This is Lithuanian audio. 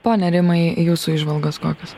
pone rimai jūsų įžvalgos kokios